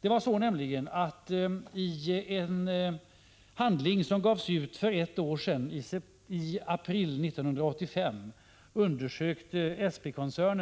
Det var nämligen så att SP-koncernen i den handling som gavs ut för ett år sedan, i april 1985, undersökte